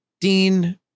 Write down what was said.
Dean